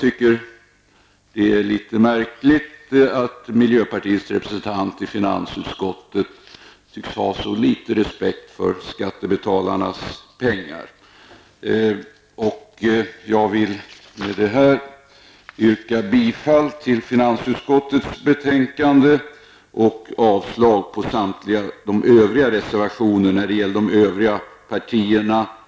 Det är för mig något märkligt att miljöpartiets representant i finansutskottet tycks ha så liten respekt för skattebetalarnas pengar. Med det anförda yrkar jag bifall till hemställan i finansutskottets betänkande och avslag på samtliga reservationer.